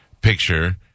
picture